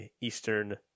Eastern